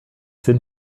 sind